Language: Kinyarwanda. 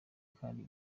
kandi